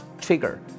trigger